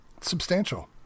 substantial